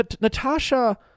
Natasha